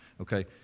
Okay